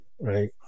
Right